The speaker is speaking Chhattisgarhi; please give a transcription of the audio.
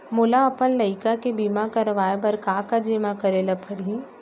मोला अपन लइका के बीमा करवाए बर का का जेमा करे ल परही?